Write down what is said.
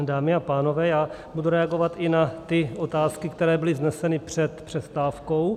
Dámy a pánové, budu reagovat i na ty otázky, které byly vzneseny před přestávkou.